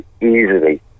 easily